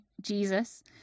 Jesus